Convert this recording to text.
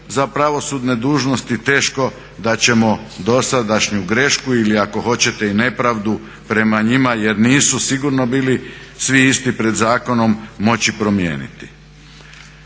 za pravosudne dužnosti teško da ćemo dosadašnju grešku ili ako hoćete i nepravdu prema njima jer nisu sigurno bili svi isti pred zakonom moći promijeniti.